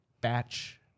batch